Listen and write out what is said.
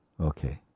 Okay